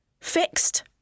Fixed